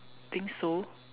think so